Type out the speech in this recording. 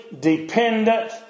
dependent